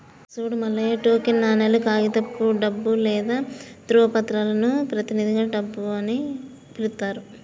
సూడు మల్లయ్య టోకెన్ నాణేలు, కాగితపు డబ్బు లేదా ధ్రువపత్రాలను ప్రతినిధి డబ్బు అని పిలుత్తారు